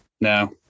No